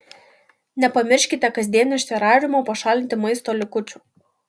nepamirškite kasdien iš terariumo pašalinti maisto likučių